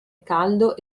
caldo